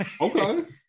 Okay